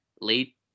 late